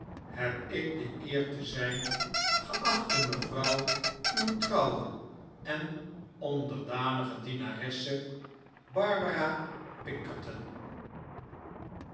heb ik de eer te zijn geachte mevrouw uw trouwe en onderdanige dienaresse barbara